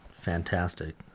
fantastic